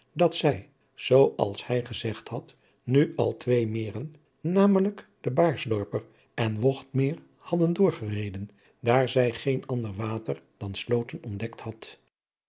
dat zij zoo als hij gezegd had nu al twee meren namelijk de baarsdorper en wogmeer hadden doorgereden daar zij geen ander water dan sloten ontdekt had